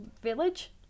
village